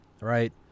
right